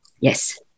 Yes